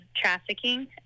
trafficking